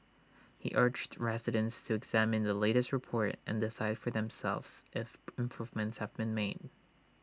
he urged residents to examine the latest report and decide for themselves if improvements have been made